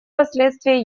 последствия